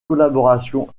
collaboration